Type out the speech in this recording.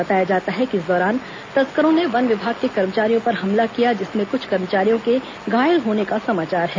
बताया जाता है कि इस दौरान तस्करों ने वन विभाग के कर्मचारियों पर हमला किया जिसमें कुछ कर्मचारियों के घायल होने का समाचार है